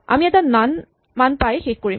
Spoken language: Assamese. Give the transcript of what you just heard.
আমি এটা নন মান পাই শেষ কৰিম